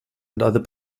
other